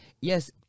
Yes